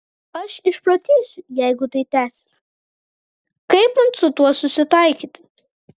aš išprotėsiu jeigu tai tęsis kaip man su tuo susitaikyti